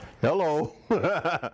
Hello